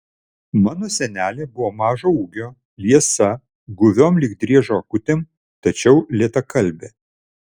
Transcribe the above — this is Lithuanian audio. mano senelė buvo mažo ūgio liesa guviom lyg driežo akutėm tačiau lėtakalbė